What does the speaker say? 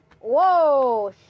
whoa